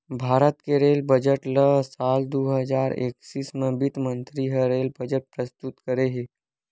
भारत के rail budget ल साल दू हजार एक्कीस म बित्त मंतरी ह रेल बजट प्रस्तुत करे हे